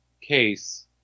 case